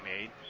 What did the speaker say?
made